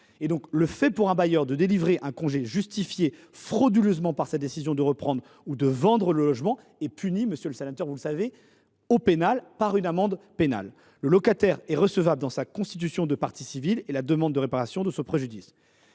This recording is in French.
Le fait pour un bailleur de délivrer un congé justifié frauduleusement par sa décision de reprendre ou de vendre le logement est puni par une amende pénale. Le locataire est recevable dans sa constitution de partie civile et la demande de réparation de ce préjudice.